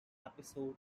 episode